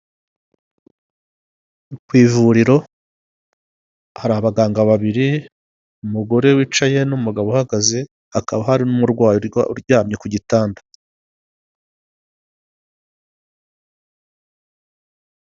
Ikirere gifite ishusho isa n'umweru. Aho bigaragara ko hari amazu ari aho ngaho, bikaba bigaragara ko harimo indabo nini zitandukanye, hakagaragaramo n'icyuma cyabugenewe gitwara amashinyarazi kiyakura mu gace kamwe kiyajyana mu kandi.